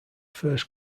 first